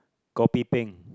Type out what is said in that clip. kopi-peng